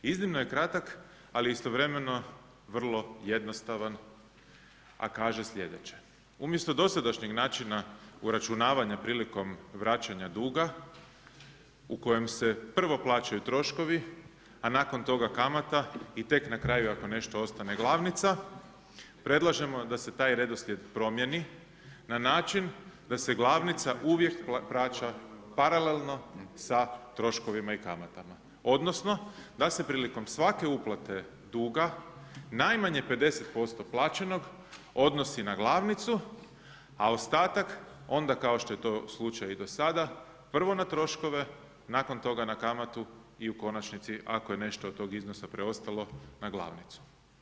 Iznimno je kratak, ali istovremeno vrlo jednostavan, a kaže sljedeće, umjesto dosadašnjeg uračunavanja prilikom vraćanja duga u kojem se prvo plaćaju troškovi, a nakon toga kamata i tek na kraju ako nešto ostane glavnica, predlažemo da se taj redoslijed promijeni na način da se glavnica uvijek vraća paralelno sa troškovima i kamatama odnosno da se prilikom svake uplate duga najmanje 50% plaćenog odnosi na glavnicu, a ostatak kao što je to slučaj i do sada, prvo na troškove nakon toga na kamatu i u konačnici ako je nešto od tog iznosa preostalo na glavnicu.